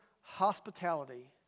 hospitality